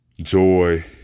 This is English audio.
joy